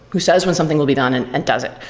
who says when something will be done and and does it,